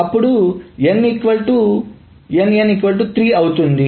అప్పుడు Nn 3 అవుతుంది